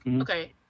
okay